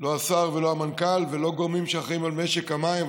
לא השר ולא המנכ"ל ולא גורמים שאחראים למשק המים,